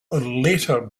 later